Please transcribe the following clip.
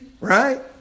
right